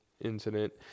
incident